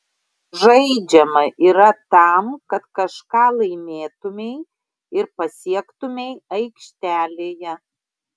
žaidžiama yra tam kad kažką laimėtumei ir pasiektumei aikštelėje